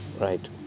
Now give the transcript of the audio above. Right